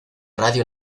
radio